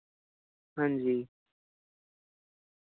हांजी